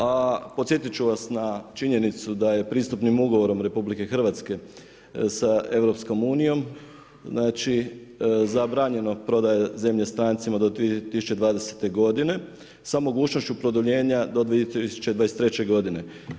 A podsjetit ću vas na činjenicu da je pristupnim ugovorom RH sa EU, znači zabranjena prodaja zemlje stranica do 2020. godine sa mogućnošću produljenja do 2023. godine.